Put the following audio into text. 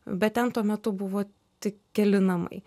bet ten tuo metu buvo tik keli namai